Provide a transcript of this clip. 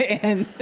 and